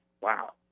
wow